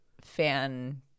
fan